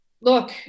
Look